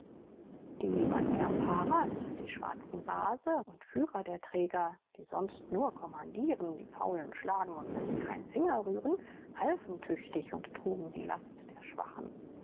die wanyamparas die schwarzen baase und führer der träger die sonst nur kommandieren die faulen schlagen und selbst keinen finger rühren halfen tüchtig und trugen die last der schwachen